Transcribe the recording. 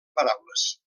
paraules